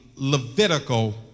levitical